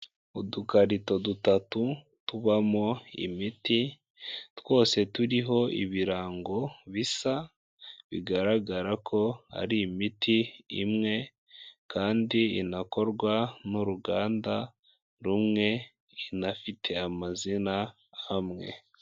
Udukarito dutatu tubamo imiti twose turiho ibirango bisa, bigaragara ko ari imiti imwe kandi inakorwa n'uruganda rumwe inafite amazina amwemwe.